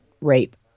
rape